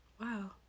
wow